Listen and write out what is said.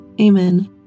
Amen